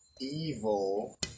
Evil